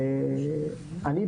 אני,